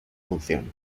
función